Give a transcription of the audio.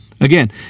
Again